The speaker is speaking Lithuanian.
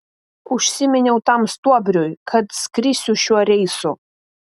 užsiminiau tam stuobriui kad skrisiu šiuo reisu